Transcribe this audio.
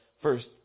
First